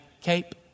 cape